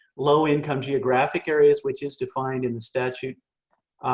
low income geographic areas which is defined in the statute.